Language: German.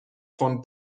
von